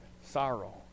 sorrow